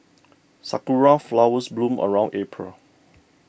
sakura flowers bloom around April